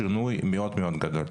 שינוי מאוד גדול.